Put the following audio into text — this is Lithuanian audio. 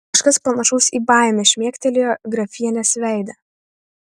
kažkas panašaus į baimę šmėkštelėjo grafienės veide